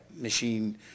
machine